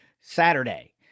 Saturday